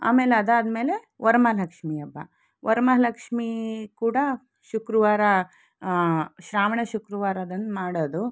ಆಮೇಲೆ ಅದಾದ್ಮೇಲೆ ವರಮಹಾಲಕ್ಷ್ಮಿ ಹಬ್ಬ ವರಮಹಾಲಕ್ಷ್ಮಿ ಕೂಡ ಶುಕ್ರವಾರ ಶ್ರಾವಣ ಶುಕ್ರವಾರದಂದು ಮಾಡೋದು